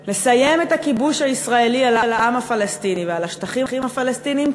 כדי לסיים את הכיבוש הישראלי על העם הפלסטיני ועל השטחים הפלסטיניים,